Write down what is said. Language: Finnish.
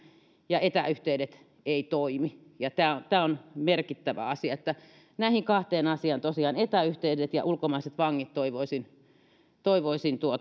ja etäyhteydet eivät toimi tämä tämä on merkittävä asia näihin kahteen asiaan tosiaan etäyhteydet ja ulkomaiset vangit toivoisin toivoisin